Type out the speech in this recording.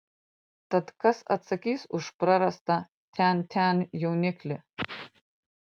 tad kas atsakys už prarastą tian tian jauniklį